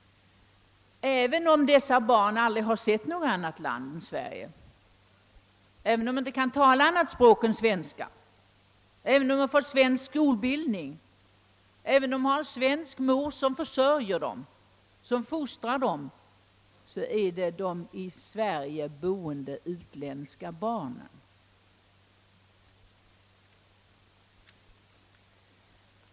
Även om de barn det här gäller aldrig har sett något annat land än Sverige, inte kan tala något annat språk än svenska, har fått svensk skolbildning och har en svensk mor som försörjer och uppfostrar dem, så är de ändå »de i Sverige boende utländska barnen».